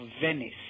Venice